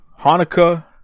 Hanukkah